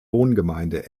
wohngemeinde